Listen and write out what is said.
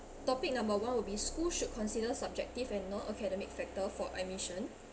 topic number one will be school should consider subjective and non academic factor for admission